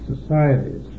societies